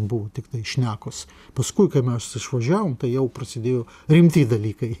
buvo tiktai šnekos paskui kai mes išvažiavom tai jau prasidėjo rimti dalykai